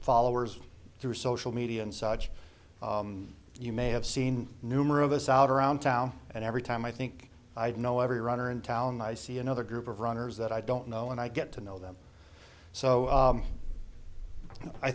followers through social media and such you may have seen numerous us out around town and every time i think i've know every runner in town i see another group of runners that i don't know and i get to know them so